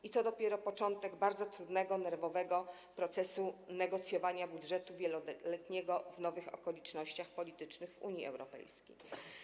I to dopiero początek bardzo trudnego i nerwowego procesu negocjowania wieloletniego budżetu w nowych okolicznościach politycznych w Unii Europejskiej.